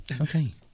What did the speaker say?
okay